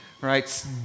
right